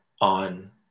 on